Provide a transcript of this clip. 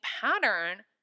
pattern